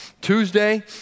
Tuesday